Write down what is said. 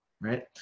right